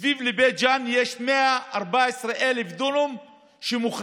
מסביב לבית ג'ן יש 114,000 דונם שמוכרזים